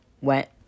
went